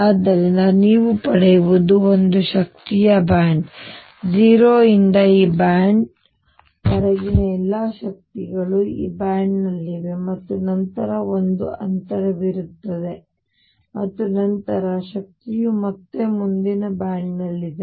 ಆದ್ದರಿಂದ ನೀವು ಪಡೆಯುವುದು ಒಂದು ಶಕ್ತಿಯ ಬ್ಯಾಂಡ್ 0 ರಿಂದ ಈ ಬ್ಯಾಂಡ್ ವರೆಗಿನ ಎಲ್ಲಾ ಶಕ್ತಿಗಳು ಈ ಬ್ಯಾಂಡ್ನಲ್ಲಿವೆ ಮತ್ತು ನಂತರ ಒಂದು ಅಂತರವಿರುತ್ತದೆ ಮತ್ತು ನಂತರ ಶಕ್ತಿಯು ಮತ್ತೆ ಮುಂದಿನ ಬ್ಯಾಂಡ್ನಲ್ಲಿದೆ